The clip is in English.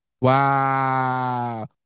wow